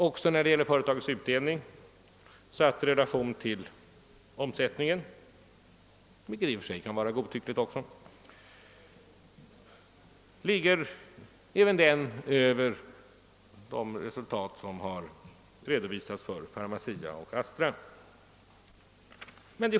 Också företagets utdelning i relation till omsättningen — som i och för sig också kan vara ett godtyckligt mått — ligger över vad som har redovisats för Pharmacia och Astra.